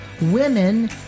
women